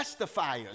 testifiers